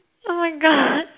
oh my God